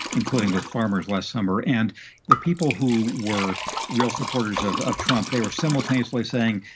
including with farmers last summer. and the people who were real supporters of of trump, they were simultaneously saying,